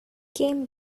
came